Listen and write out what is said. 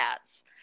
ads